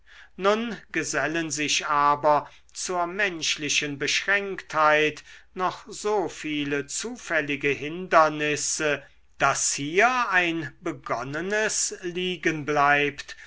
nun gesellen sich aber zur menschlichen beschränktheit noch so viele zufällige hindernisse daß hier ein begonnenes liegen bleibt